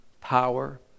power